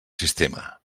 sistema